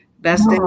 Best